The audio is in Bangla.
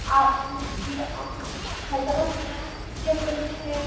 আপনি কি হ্যালো হ্যাঁ কে বলছেন